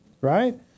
Right